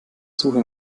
suche